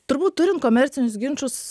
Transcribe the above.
turbūt turim komercinius ginčus